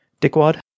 Dickwad